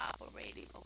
operating